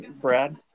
Brad